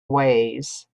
ways